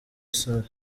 salle